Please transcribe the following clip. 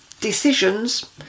decisions